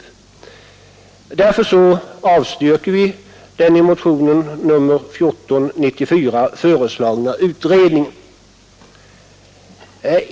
Därför avstyrker vi den i motionen 1494 föreslagna utredningen.